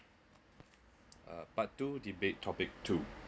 uh part two debate topic two